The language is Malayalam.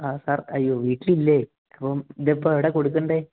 ആ സാർ അയ്യോ വീട്ടിലില്ലേ അപ്പോള് ഇതിപ്പോള് എവിടെയാണ് കൊടുക്കേണ്ടത്